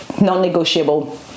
non-negotiable